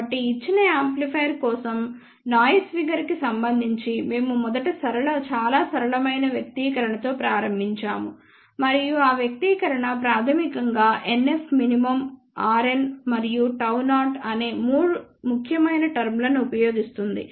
కాబట్టి ఇచ్చిన యాంప్లిఫైయర్ కోసం నాయిస్ ఫిగర్ కి సంబంధించి మేము మొదట చాలా సరళమైన వ్యక్తీకరణతో ప్రారంభించాము మరియు ఆ వ్యక్తీకరణ ప్రాథమికంగా NFmin rn మరియు Γ0 అనే 3 ముఖ్యమైన టర్మ్ లను ఉపయోగిస్తుంది